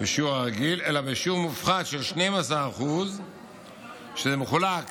בשיעור הרגיל, אלא בשיעור מופחת של 12% וזה מחולק